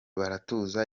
baratuza